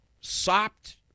sopped